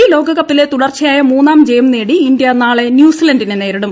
ഈ ലോകകപ്പിലെ തുടർച്ചയായ മൂന്നാം ജയം തേടി ഇന്ത്യ നാളെ ന്യൂസിലന്റിനെ നേരിടും